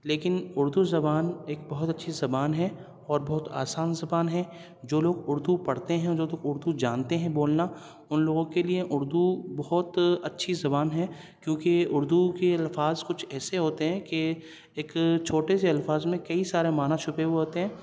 لیکن اردو زبان ایک بہت اچھی زبان ہے اور بہت آسان زبان ہے جو لوگ اردو پڑھتے ہیں اور جو تو اردو جانتے ہیں بولنا ان لوگوں کے لئے اردو بہت اچھی زبان ہے کیونکہ اردو کے الفاظ کچھ ایسے ہوتے ہیں کہ ایک چھوٹے سے الفاظ میں کئی سارا معنی چھپے ہوتے ہیں